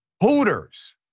Hooters